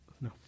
No